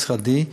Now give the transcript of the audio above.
משרדי.